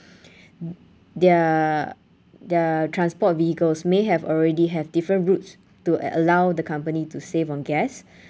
their their transport vehicles may have already have different routes to a~ allow the company to save on gas